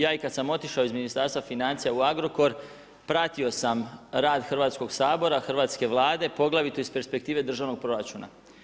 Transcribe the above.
Ja i kad sam otišao iz Ministarstva financija u Agrokor, pratio sam rad Hrvatskog sabora, hrvatske Vlade, poglavito iz perspektive državnog proračuna.